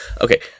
Okay